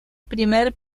primer